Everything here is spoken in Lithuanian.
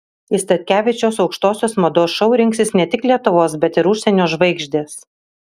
į statkevičiaus aukštosios mados šou rinksis ne tik lietuvos bet ir užsienio žvaigždės